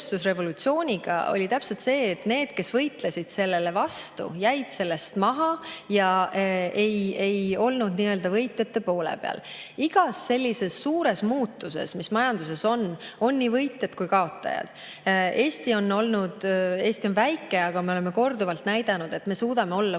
ajal? Täpselt see, et need, kes võitlesid sellele vastu, jäid maha ja ei olnud nii-öelda võitjate poole peal. Iga sellise suure muutuse tõttu, mis majanduses toimub, tekivad nii võitjad kui ka kaotajad. Eesti on väike, aga me oleme korduvalt näidanud, et me suudame olla võitjate